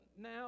Now